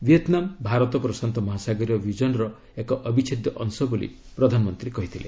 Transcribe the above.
Vietnam' Bharat ପ୍ରଶାନ୍ତ ମହାସାଗରୀୟ ବିଜନର ଏକ ଅବିଚ୍ଛେଦ୍ୟ ଅଂଶ ବୋଲି ପ୍ରଧାନମନ୍ତ୍ରୀ କହିଚ୍ଛନ୍ତି